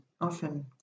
often